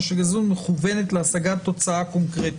של גזענות מכוונת להשגת תוצאה קונקרטית,